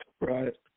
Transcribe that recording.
right